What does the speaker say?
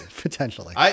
Potentially